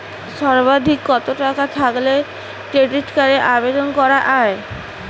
সর্বাধিক কত টাকা থাকলে ক্রেডিট কার্ডের আবেদন করা য়ায়?